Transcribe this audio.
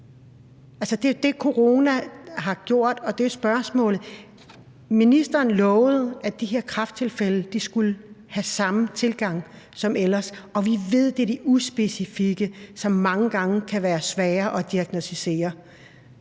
det er det, corona har gjort, og der er spørgsmålet: Ministeren lovede, at de har kræfttilfælde skulle have samme tilgang som ellers, og vi ved, det er det uspecifikke, som mange gange kan være svært at diagnosticere,